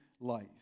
life